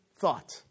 thought